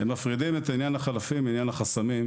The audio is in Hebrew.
אני מגיע לחלפים --- הם מפרידים את עניין החלפים מעניין החסמים,